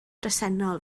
bresennol